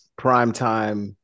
primetime